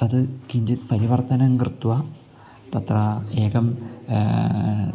तद् किञ्चित् परिवर्तनं कृत्वा तत्र एकं